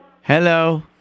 Hello